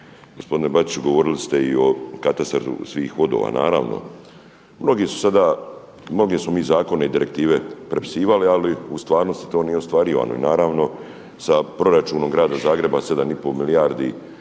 Gospodine Bačiću, govorili ste i o katastru svih vodova. Naravno, mnogi su sada, mnoge smo mi zakone i direktive prepisivali, ali u stvarnosti to nije ostvarivano. Naravno, s proračunom Grada Zagreba 7,5 milijardi